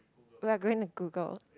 we are going to Google